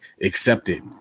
accepted